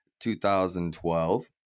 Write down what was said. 2012